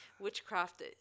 witchcraft